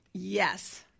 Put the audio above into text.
Yes